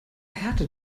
härte